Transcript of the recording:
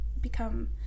become